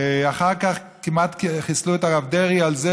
ואחר כך כמעט חיסלו את הרב דרעי על זה